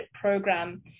program